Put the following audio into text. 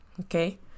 Okay